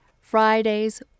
Fridays